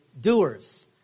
doers